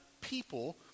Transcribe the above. people